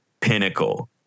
pinnacle